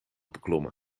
beklommen